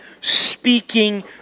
speaking